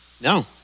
No